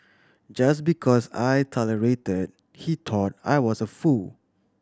just because I tolerated he thought I was a fool